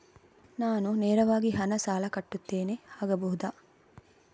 ನಾನು ನೇರವಾಗಿ ಹಣ ಸಾಲ ಕಟ್ಟುತ್ತೇನೆ ಆಗಬಹುದ?